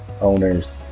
owners